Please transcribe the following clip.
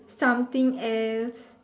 something else